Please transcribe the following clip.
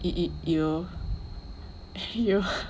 y~ y~ you you